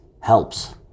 helps